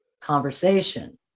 conversation